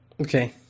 Okay